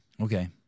Okay